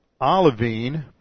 olivine